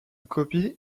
copie